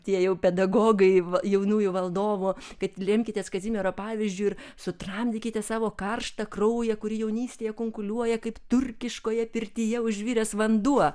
tie jau pedagogai jaunųjų valdovų kad remkitės kazimiero pavyzdžiu ir sutramdykite savo karštą kraują kuri jaunystėje kunkuliuoja kaip turkiškoje pirtyje užviręs vanduo